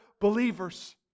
believers